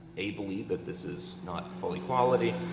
ably, that this is not full equality.